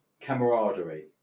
camaraderie